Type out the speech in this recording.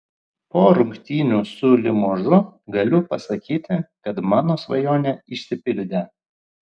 po rungtynių su limožu galiu pasakyti kad mano svajonė išsipildė